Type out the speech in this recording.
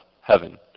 heaven